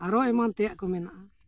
ᱟᱨᱚ ᱮᱢᱟᱱ ᱛᱮᱭᱟᱜ ᱠᱚ ᱢᱮᱱᱟᱜᱼᱟ